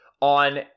on